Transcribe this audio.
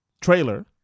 trailer